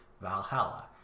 Valhalla